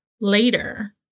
later